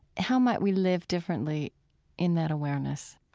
how might we live differently in that awareness?